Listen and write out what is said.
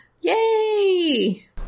Yay